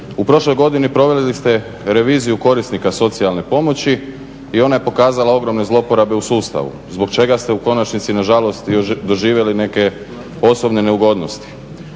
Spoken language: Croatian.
u prošloj godini proveli ste reviziju korisnika socijalne pomoći i ona je pokazala ogromne zlouporabe u sustavu zbog čega ste u konačnici nažalost i doživjeli neke osobne neugodnosti.